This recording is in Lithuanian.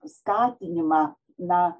skatinimą na